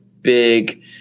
big